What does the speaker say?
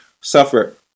suffer